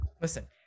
Listen